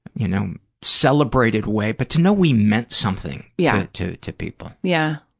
you know, celebrated way, but to know we meant something yeah to to people. yeah.